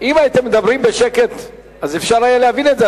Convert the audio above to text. אם הייתם מדברים בשקט, אפשר היה להבין את זה.